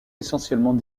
essentiellement